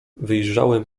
wyjrzałem